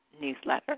newsletter